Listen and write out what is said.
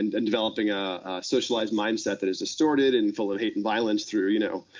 and and developing a socialized mindset that is distorted and full of hate and violence through, you know,